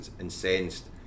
incensed